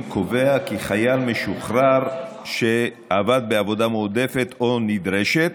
קובע כי חייל משוחרר שעבד בעבודה מועדפת או נדרשת